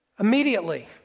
Immediately